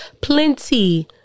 plenty